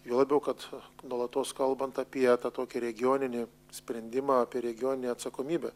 juo labiau kad nuolatos kalbant apie tą tokį regioninį sprendimą apie regioninę atsakomybę